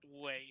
wait